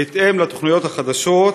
בהתאם לתוכניות החדשות,